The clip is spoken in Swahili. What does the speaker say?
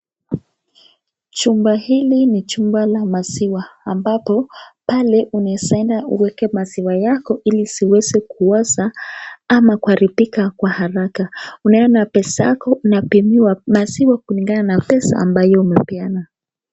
Chumba hili ni chumba la maziwa ambapo pale unaweza enda uweke maziwa yako ili isiweze kuoza ama kuharibika kwa haraka. Unaenda na pesa yako unapimiwa maziwa kulingana na pesa ambayo unapeana.